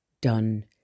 done